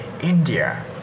India